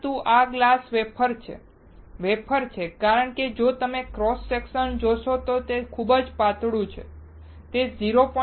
પરંતુ આ glass wafer છે વેફર છે કારણ કે જો તમે ક્રોસ સેક્શન જોશો તો તે ખૂબ પાતળું છે તે 0